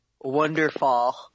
wonderful